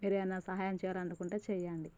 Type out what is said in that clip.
మీరేమన్న సాయం చేయాలనుకుంటే చెయ్యండి